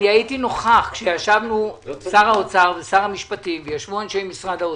הייתי נוכח כשישבנו שר האוצר ושר המשפטים עם אנשי משרד האוצר.